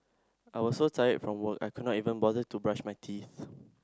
I was so tired from work I could not even bother to brush my teeth